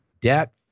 debt